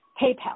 PayPal